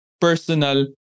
personal